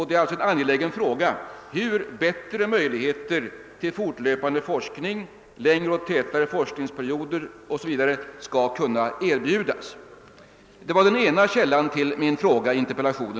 Det är alltså en angelägen fråga hur bättre möjligheter till fortlöpande forskning, längre och tätare forskningsperioder 0. s. v. skall kunna erbjudas. Det var den ena källan till min in terpellation.